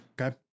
Okay